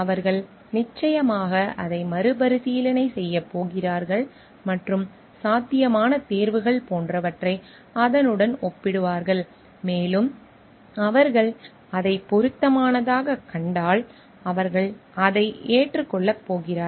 அவர்கள் நிச்சயமாக அதை மறுபரிசீலனை செய்யப் போகிறார்கள் மற்றும் சாத்தியமான தேர்வுகள் போன்றவற்றை அதனுடன் ஒப்பிடுவார்கள் மேலும் அவர்கள் அதை பொருத்தமானதாகக் கண்டால் அவர்கள் அதை ஏற்றுக்கொள்ளப் போகிறார்கள்